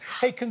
Hey